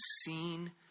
seen